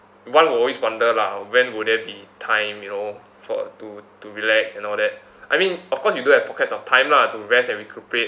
one will always wonder lah when will there be time you know for to to relax and all that I mean of course you do have pockets of time lah to rest and recuperate